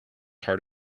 hard